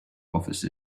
office